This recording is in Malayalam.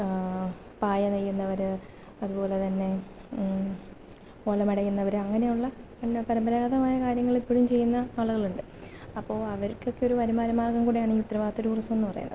പായ നെയ്യുന്നവര് അതുപോലെ തന്നെ ഓല മെടയുന്നവര് അങ്ങനെയുള്ള പരമ്പരാഗതമായ കാര്യങ്ങളിപ്പോഴും ചെയ്യുന്ന ആളുകളുണ്ട് അപ്പോള് അവർക്കൊക്കെ ഒരു വരുമാനമാർഗ്ഗം കൂടെയാണീ ഉത്തരവാദിത്ത ടൂറിസമെന്ന് പറയുന്നത്